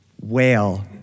whale